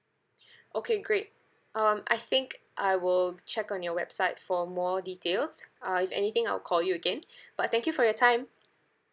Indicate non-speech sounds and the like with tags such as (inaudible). (breath) okay great um I think I will check on your website for more details uh if anything I'll call you again (breath) but thank you for your time